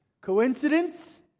Coincidence